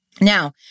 Now